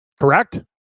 correct